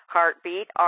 heartbeat